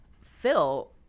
Phil